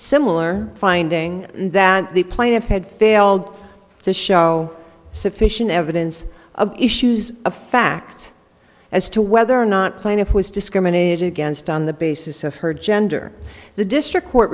similar finding that the plaintiff had failed to show sufficient evidence of issues of fact as to whether or not plaintiff was discriminated against on the basis of her gender the district court